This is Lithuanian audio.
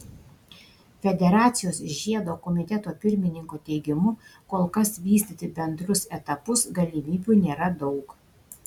federacijos žiedo komiteto pirmininko teigimu kol kas vystyti bendrus etapus galimybių nėra daug